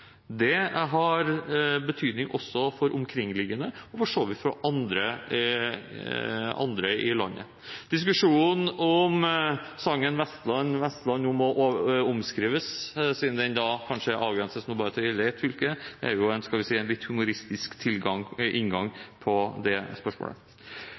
Det har betydning også for omkringliggende fylker og for så vidt også andre i landet. Diskusjonen om hvorvidt sangen «Å Vestland, Vestland» må omskrives, siden den heretter avgrenses til å omhandle bare ett fylke, er en litt humoristisk inngang på det spørsmålet. Det som er bra her, er at vi